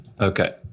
Okay